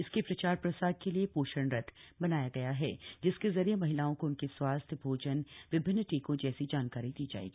इसके प्रचार प्रसार के लिए शोषण रथ बनाया गया है जिसके जरिए महिलाओं को उनके स्वास्थ्य भोजन विभिन्न्न टीकों जैसी जानकारी दी जाएगी